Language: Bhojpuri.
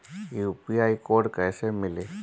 यू.पी.आई कोड कैसे मिली?